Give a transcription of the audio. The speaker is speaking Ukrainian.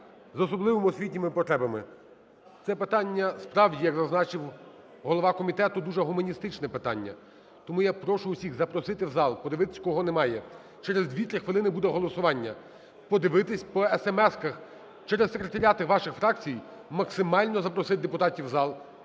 з особливими освітніми потребами. Це питання справді, як зазначив голова комітету, дуже гуманістичне питання. Тому я прошу усіх запросити в зал, подивитись, кого немає. Через 2-3 хвилини буде голосування. Подивитись по есемесках. Через секретаріати ваших фракцій максимально запросити депутатів в зал,